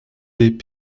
des